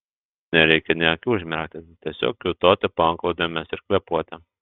nereikia nė akių užmerkti tiesiog kiūtoti po antklodėmis ir kvėpuoti